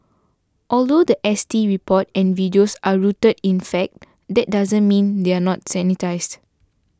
although the S T report and videos are rooted in fact that doesn't mean they are not sanitised